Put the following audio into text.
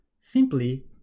simply